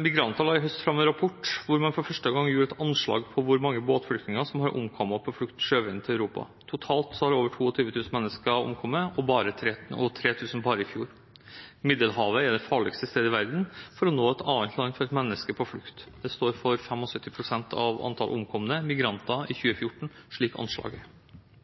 migranter la i høst fram en rapport hvor man for første gang gjorde et anslag over hvor mange båtflyktninger som har omkommet på flukt på sjøveien til Europa. Totalt har 22 000 mennesker omkommet, og 3 000 bare i fjor. Middelhavet er det farligste sted i verden for å nå et annet land for et menneske på flukt. Det står for 75 pst. av antallet omkomne migranter i 2014, slik anslaget er